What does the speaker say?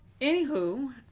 anywho